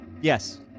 Yes